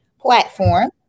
platform